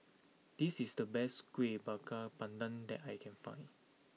this is the best Kueh Bakar Pandan that I can find